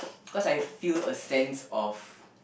cause I feel a sense of